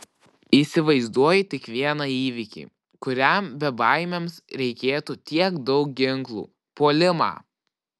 įsivaizduoju tik vieną įvykį kuriam bebaimiams reikėtų tiek daug ginklų puolimą